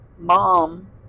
Mom